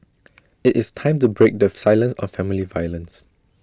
IT is time to break the silence on family violence